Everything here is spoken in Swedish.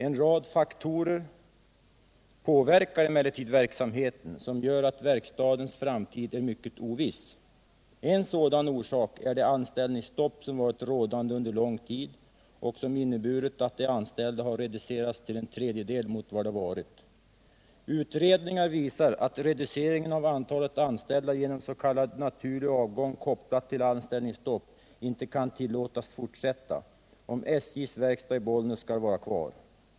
En rad faktorer som gör att verkstadens framtid är mycket oviss påverkar emellertid verksamheten. En sådan orsak är det anställningsstopp som varit rådande under lång tid och som inneburit att antalet anställda har reducerats till en tredjedel mot vad det varit. Utredningar visar att reducering av antalet anställda genom s.k. naturlig avgång kopplad till anställningsstopp inte kan tillåtas fortsätta om SJ:s verkstad i Bollnäs skall vara kvar.